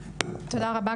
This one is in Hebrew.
תודה רבה,